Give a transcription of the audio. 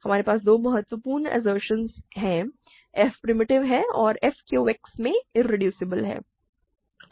हमारे पास दो महत्वपूर्ण अस्सरशनस हैं f प्रिमिटिव है और f Q X में इरेड्यूसबल है